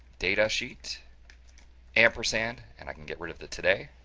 datasheet ampersand and i can get rid of the today.